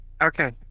Okay